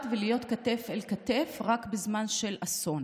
ולהיות כתף אל כתף רק בזמן של אסון.